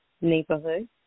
neighborhood